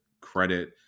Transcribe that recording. credit